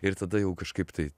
ir tada jau kažkaip tai